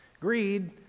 Greed